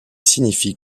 signifie